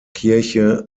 kirche